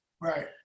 right